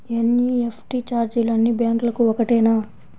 NEFT ఛార్జీలు అన్నీ బ్యాంక్లకూ ఒకటేనా?